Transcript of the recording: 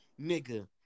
nigga